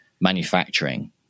manufacturing